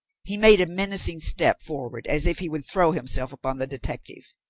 he made a menacing step forward as if he would throw himself upon the detective.